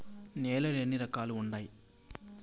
నేలలు ఎన్ని రకాలు వుండాయి?